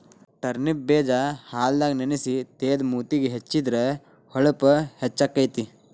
turnip ಬೇಜಾ ಹಾಲದಾಗ ನೆನಸಿ ತೇದ ಮೂತಿಗೆ ಹೆಚ್ಚಿದ್ರ ಹೊಳಪು ಹೆಚ್ಚಕೈತಿ